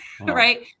right